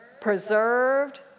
preserved